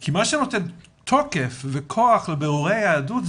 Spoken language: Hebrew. כי מה שנותן תוקף וכוח לבירורי היהדות,